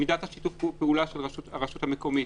מידת שיתוף הפעולה של הרשות המקומית.